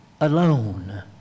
Alone